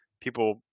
people